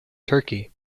turkey